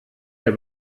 der